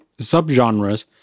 subgenres